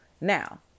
Now